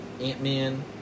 Ant-Man